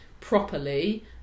properly